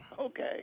Okay